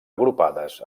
agrupades